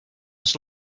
its